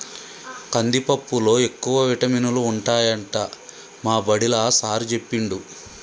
కందిపప్పులో ఎక్కువ విటమినులు ఉంటాయట మా బడిలా సారూ చెప్పిండు